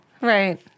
Right